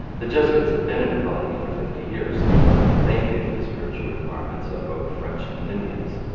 the jesuits had been in the colony for fifty years and felt that they knew the spiritual requirements of both french and indians.